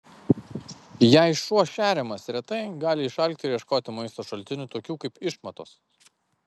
jei šuo šeriamas retai gali išalkti ir ieškoti maisto šaltinių tokių kaip išmatos